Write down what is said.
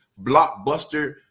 blockbuster